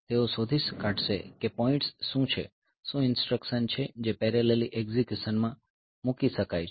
તેઓ શોધી કાઢશે કે પોઇંટ્સ શું છે શું ઇન્સ્ટ્રકશન છે જે પેરેલલી એકઝીક્યુશનમાં મૂકી શકાય છે